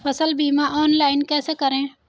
फसल बीमा ऑनलाइन कैसे करें?